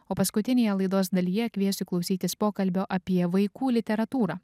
o paskutinėje laidos dalyje kviesiu klausytis pokalbio apie vaikų literatūrą